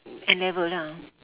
N-level ah